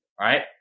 right